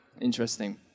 Interesting